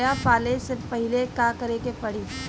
गया पाले से पहिले का करे के पारी?